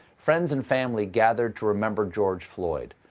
friends and family gathered to remember george floyd,